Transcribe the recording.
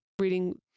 reading